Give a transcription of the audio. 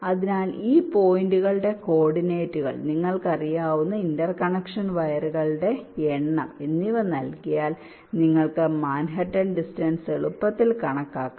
അതിനാൽ ഈ പോയിന്റുകളുടെ കോർഡിനേറ്റുകൾ നിങ്ങൾക്കറിയാവുന്ന ഇന്റർകണക്ഷൻ വയറുകളുടെ എണ്ണം എന്നിവ നൽകിയാൽ നിങ്ങൾക്ക് മാൻഹട്ടൻ ഡിസ്റ്റൻസ് എളുപ്പത്തിൽ കണക്കാക്കാം